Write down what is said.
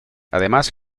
además